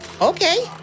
okay